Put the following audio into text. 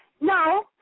no